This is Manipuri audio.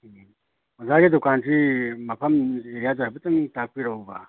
ꯎꯝ ꯑꯣꯖꯥꯒꯤ ꯗꯨꯀꯥꯟꯁꯤ ꯃꯐꯝ ꯑꯦꯔꯤꯌꯥꯁꯤ ꯍꯥꯏꯐꯦꯠꯇꯪ ꯇꯥꯛꯄꯤꯔꯛꯎꯕ